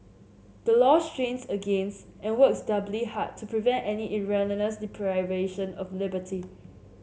the law strains against and works doubly hard to prevent any erroneous deprivation of liberty